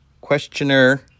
questioner